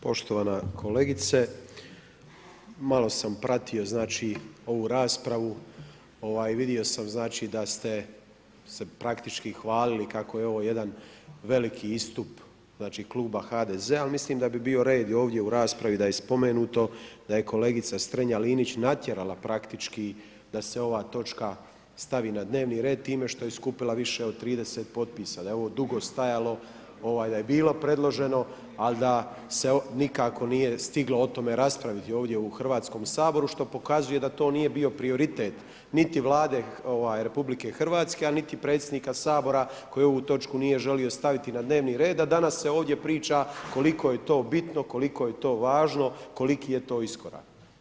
Poštovana kolegice, malo sam pratio ovu raspravu, vidimo sam da ste se praktički hvalili kako je ovo jedan veliki istup kluba HDZ-a, ali mislim da bi bio red i ovdje u raspravi da je spomenuto da je kolegica Strenja-Linić natjerala praktički da se ova točka stavi na dnevni red time što je skupila više od 30 potpisa, da je ovo dugo stajalo, da je bilo predloženo, ali da se nikako nije stiglo o tome raspraviti ovdje u Hrvatskom saboru što pokazuje da to nije bio prioritet niti Vlade RH, a niti predsjednika Sabora koji ovu točku nije želio staviti na dnevni red, a danas se ovdje priča koliko je to bitno, koliko je to važno, koliki je to iskorak.